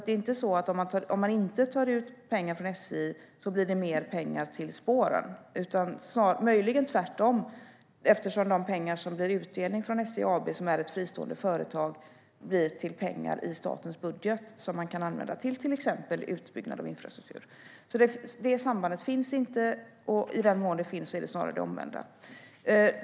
Det är inte så att om man inte tar ut pengar från SJ blir det mer pengar till spåren. Möjligen är det tvärtom eftersom de pengar som blir utdelning från SJ AB, som är ett fristående företag, blir till pengar i statens budget som kan användas till exempelvis utbyggnad och infrastruktur. Det sambandet finns inte, och i den mån det finns är det snarare det omvända.